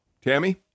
Tammy